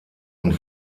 und